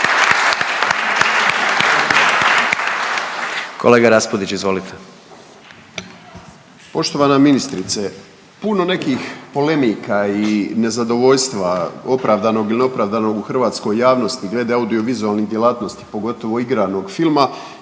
**Raspudić, Nino (Nezavisni)** Poštovana ministrice, puno nekih polemika i nezadovoljstva opravdanog ili neopravdanog u hrvatskoj javnosti glede audio vizualnih djelatnosti pogotovo igranog filma,